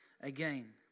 again